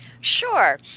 Sure